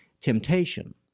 temptation